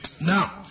Now